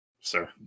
Sir